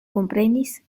komprenis